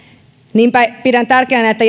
niinpä pidän tärkeänä että